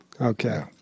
Okay